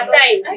time